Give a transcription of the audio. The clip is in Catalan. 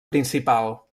principal